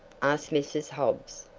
asked mrs. hobbs,